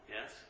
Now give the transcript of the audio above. yes